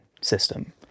system